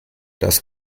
das